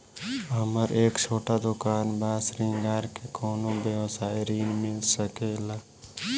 हमर एक छोटा दुकान बा श्रृंगार के कौनो व्यवसाय ऋण मिल सके ला?